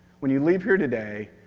when you leave here today,